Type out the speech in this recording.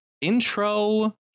intro